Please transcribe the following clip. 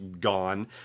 gone